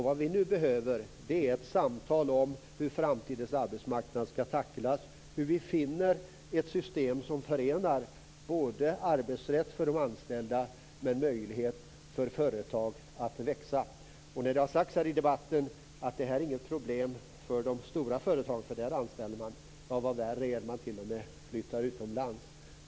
Vad vi nu behöver är ett samtal om hur framtidens arbetsmarknad skall tacklas - om hur vi finner ett system som förenar arbetsrätt för de anställda med en möjlighet för företag att växa. Det har sagts i debatten att detta inte är något problem för de stora företagen, för där anställer man. Vad värre är: man flyttar t.o.m. utomlands.